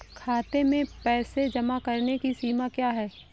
खाते में पैसे जमा करने की सीमा क्या है?